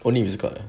only if it's got ah